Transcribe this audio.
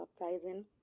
baptizing